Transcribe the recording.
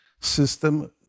system